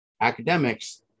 Academics